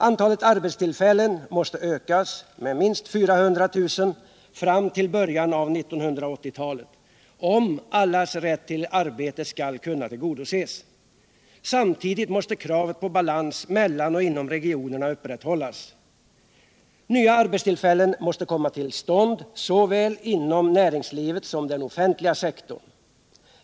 Antalet arbetstillfällen måste ökas med minst 400 000 fram till början av 1980-talet. Allas rätt till arbete skall kunna tillgodoses. Samtidigt måste kravet på balans mellan och inom regionerna upprätthållas. Nya arbetstillfällen måste komma till stånd inom såväl näringslivet som den offentliga sektorn.